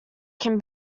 can